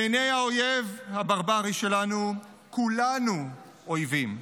בעיני האויב הברברי שלנו כולנו אויבים,